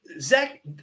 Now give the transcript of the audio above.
Zach